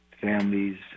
families